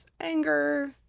anger